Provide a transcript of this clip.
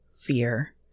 fear